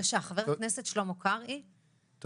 שלמה קרעי, בבקשה.